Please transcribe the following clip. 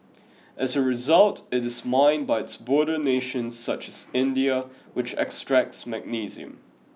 as a result it is mined by its border nations such as India which extracts magnesium